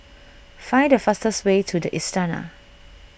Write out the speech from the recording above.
find the fastest way to the Istana